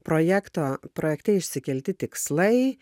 projekto projekte išsikelti tikslai